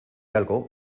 algo